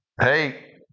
hey